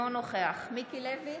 מיקי לוי,